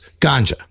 ganja